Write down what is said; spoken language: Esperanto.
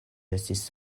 estis